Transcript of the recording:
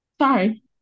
sorry